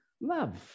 love